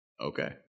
Okay